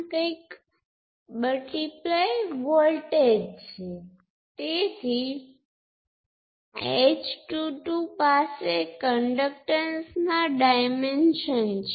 તેથી જો મારી પાસે રેઝિસ્ટન્સ હોય જેનું મૂલ્ય z11 હોય તો તેમાંથી વોલ્ટેજ z11 × I1 હશે કારણ કે I1 એ z11 માંથી વહે છે